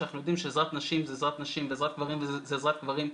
שאנחנו יודעים שעזרת נשים זו עזרת נשים ועזרת גברים זו עזרת גברים,